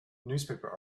newspaper